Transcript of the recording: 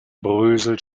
bröselt